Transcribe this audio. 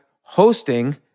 hosting